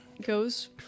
goes